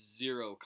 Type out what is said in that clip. zero